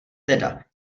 teda